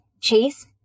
chase